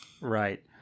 right